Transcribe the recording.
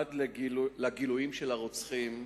עד לגילוים של הרוצחים,